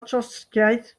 trotscïaeth